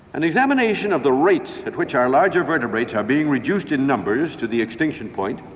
an examination of the rate at which our larger vertebrates are being reduced in numbers to the extinction point,